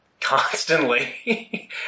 constantly